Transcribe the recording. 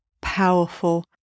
powerful